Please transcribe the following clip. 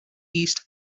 east